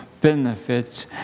benefits